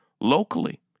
locally